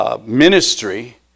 ministry